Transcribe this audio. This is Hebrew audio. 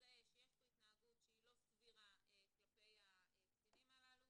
שיש שם התנהגות בלתי סבירה כלפי הקטינים הללו